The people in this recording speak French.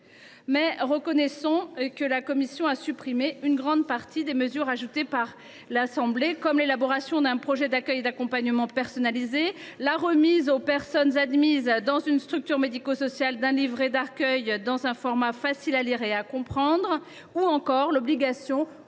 Vous en conviendrez, la commission a supprimé une grande partie des mesures ajoutées par l’Assemblée nationale, telles que l’élaboration d’un projet d’accueil et d’accompagnement personnalisé, la remise aux personnes admises dans une structure médico sociale d’un livret d’accueil dans un format facile à lire et à comprendre, ou encore l’obligation